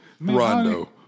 Rondo